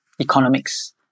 economics